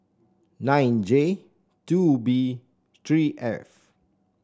nine J two B three F